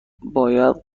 باید